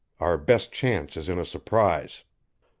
our best chance is in a surprise.